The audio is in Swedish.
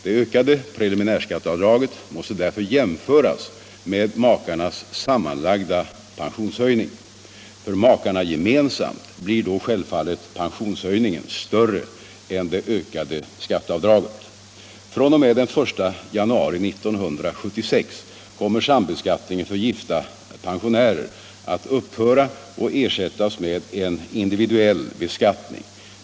Det — folkpension ökade preliminärskatteavdraget måste därför jämföras med makarnas sammanlagda pensionshöjning. För makarna gemensamt blir då självfallet pensionshöjningen större än det ökade skatteavdraget. fr.o.m. den 1 januari 1976 kommer sambeskattningen för gifta pensionärer att upphöra och ersättas med en individuell beskattning.